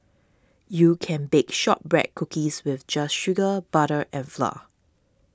you can bake Shortbread Cookies with just sugar butter and flour